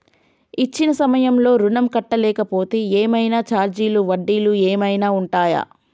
ఇచ్చిన సమయంలో ఋణం కట్టలేకపోతే ఏమైనా ఛార్జీలు వడ్డీలు ఏమైనా ఉంటయా?